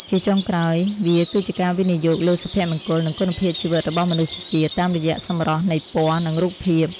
ជាចុងក្រោយ វាគឺជាការវិនិយោគលើសុភមង្គល និងគុណភាពជីវិតរបស់មនុស្សជាតិ តាមរយៈសម្រស់នៃពណ៌ និងរូបភាព។